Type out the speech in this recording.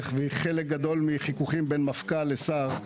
שהיא חלק גדול מחיכוכים בין מפכ"ל לשר,